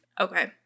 Okay